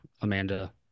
Amanda